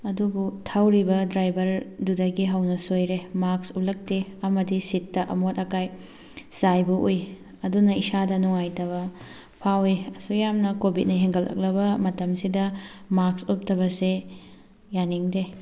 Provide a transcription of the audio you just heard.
ꯑꯗꯨꯕꯨ ꯊꯧꯔꯤꯕ ꯗ꯭ꯔꯥꯏꯕꯔ ꯗꯨꯗꯒꯤ ꯍꯧꯅ ꯁꯣꯏꯔꯦ ꯃꯥꯛꯁ ꯎꯞꯂꯛꯇꯦ ꯑꯃꯗꯤ ꯁꯤꯠꯇ ꯑꯃꯣꯠ ꯑꯀꯥꯏ ꯆꯥꯏꯕ ꯎꯏ ꯑꯗꯨꯅ ꯏꯁꯥꯗ ꯅꯨꯡꯉꯥꯏꯇꯕ ꯐꯥꯎꯋꯤ ꯑꯁꯨꯛꯌꯥꯝꯅ ꯀꯣꯕꯤꯠꯅ ꯍꯦꯟꯒꯠꯂꯛꯂꯕ ꯃꯇꯝꯁꯤꯗ ꯃꯥꯛꯁ ꯎꯞꯇꯕꯁꯦ ꯌꯥꯅꯤꯡꯗꯦ